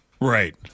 Right